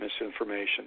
misinformation